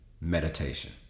meditation